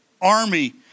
army